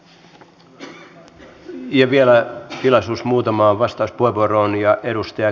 ja vielä tilaisuus muutamaan vastauspuheenvuoroon